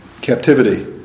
captivity